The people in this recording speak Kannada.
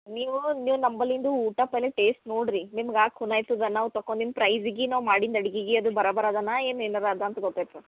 ನೀವು ನೀವು ನಂಬಲ್ಲಿಂದು ಊಟ ಪಲೆ ಟೇಸ್ಟ್ ನೋಡ್ರಿ ನಿಮ್ಗ ಆಗಿ ಕುನ್ ಆಯ್ತದ ನಾವು ತಕೊನಿನ್ ಪ್ರೈಝಿಗಿ ನಾವು ಮಾಡಿಂದ ಅಡ್ಗಿಗಿ ಅದು ಬರ ಬರ ಅದನಾ ಏನು ಇಲ್ಲ ಅದರ ಗೊತ್ತೈತದೆ